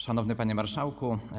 Szanowny Panie Marszałku!